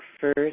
first